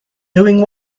doing